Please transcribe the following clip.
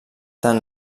tant